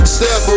Step